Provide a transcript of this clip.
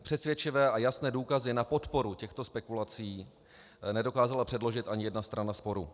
Přesvědčivé a jasné důkazy na podporu těchto spekulací nedokázala předložit ani jedna strana sporu.